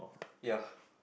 ya